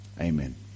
Amen